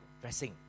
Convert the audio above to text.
dressing